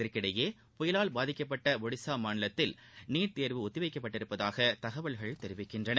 இதற்கிடையே புயலால் பாதிக்கப்பட்ட ஒடிசா மாநிலத்தில் நீட் தேர்வு ஒத்தி வைக்கப்பட்டிருப்பதாக தகவல்கள் தெரிவிக்கின்றன